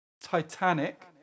Titanic